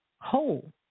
whole